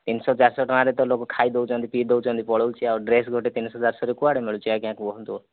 ତିନିଶ ଚାରିଶ ଟଙ୍କାରେ ତ ଲୋକ ଖାଇ ଦେଉଛନ୍ତି ପିଇ ଦେଉଛନ୍ତି ପଳଉଛି ଆଉ ଡ୍ରେସ ଗୋଟେ ତିନିଶ ଚାରିଶରେ କୁଆଡ଼େ ମିଳୁଛି ଆଜ୍ଞା କୁହନ୍ତୁ